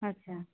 আচ্ছা